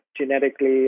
genetically